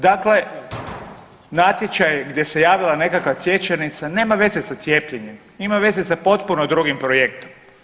Dakle, natječaj gdje se javila nekakva cvjećarnica nema veze sa cijepljenjem, ima veze sa potpuno drugim projektom.